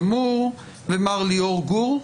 ומר ליאור גור,